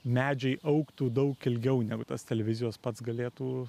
medžiai augtų daug ilgiau negu tas televizijos pats galėtų